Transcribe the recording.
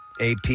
AP